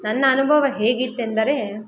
ನನ್ನ ಅನುಭವ ಹೇಗಿತ್ತೆಂದರೆ